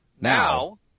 Now